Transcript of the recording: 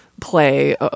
play